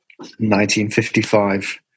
1955